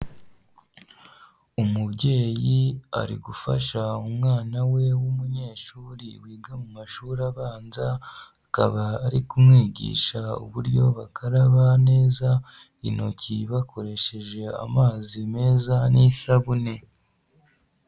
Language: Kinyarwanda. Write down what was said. Umubyeyi ari gufasha umwana we w'umunyeshuri wiga mu mashuri abanza akaba ari kumwigisha uburyo bakaraba neza intoki bakoresheje amazi meza n'isabune.